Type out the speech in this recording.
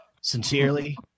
Sincerely